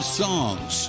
songs